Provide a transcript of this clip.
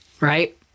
Right